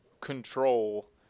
control